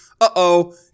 uh-oh